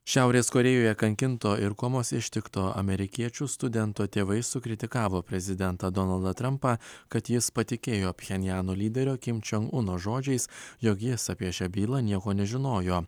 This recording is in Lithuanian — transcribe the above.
šiaurės korėjoje kankinto ir komos ištikto amerikiečių studento tėvai sukritikavo prezidentą donaldą trampą kad jis patikėjo pchenjano lyderio kimčion uno žodžiais jog jis apie šią bylą nieko nežinojo